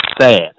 sad